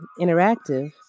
Interactive